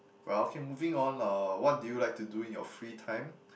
well okay moving on uh what do you like to do in your free time